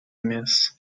amiss